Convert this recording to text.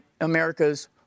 America's